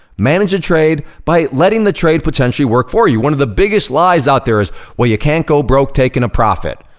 manage the trade by letting the trade potentially work for you. one of the biggest lies out there is, well, you can't go broke takin' a profit.